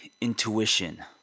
intuition